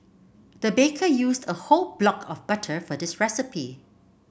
the baker used a whole block of butter for this recipe